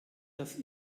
das